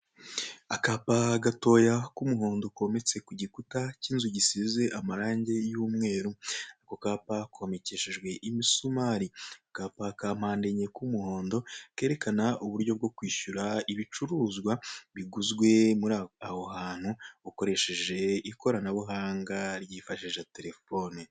Akapa gatoya k'umuhondo kometse ku gikuta cy'inzu gisize amarangi y'umweru, ako kapa komekeshejwe imisumari, akapa kampande enye k'umuhondo kerekana uburyo bwo kwishyura ibicuruzwa biguzwe aho hantu ukoresheje ikoranabuhanga ryifashisha telefone.